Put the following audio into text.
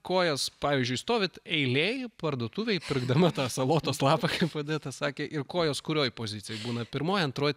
kojas pavyzdžiui stovit eilėj parduotuvėj pirkdama tą salotos lapą kaip odeta sakė ir kojos kurioj pozicijoj būna pirmoj antroj